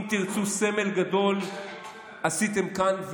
אם תרצו סמל גדול עשיתם כאן,